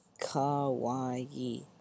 Kawaii